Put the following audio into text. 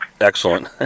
excellent